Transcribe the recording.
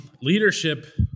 Leadership